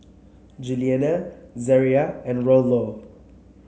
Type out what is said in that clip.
Juliana Zariah and Rollo